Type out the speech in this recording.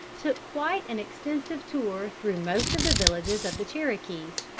took quite an extensive tour through most of the villages of the cherokees,